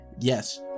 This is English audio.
Yes